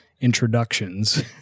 introductions